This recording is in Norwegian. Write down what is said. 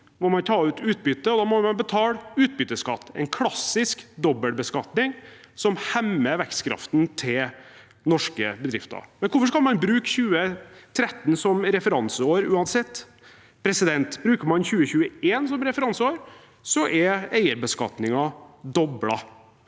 må man ta ut utbytte, og da må man betale utbytteskatt – en klassisk dobbeltbeskatning som hemmer vekstkraften til norske bedrifter. Men hvorfor skal man bruke 2013 som referanseår, uansett? Bruker man 2021 som referanseår, så er eierbeskatningen doblet.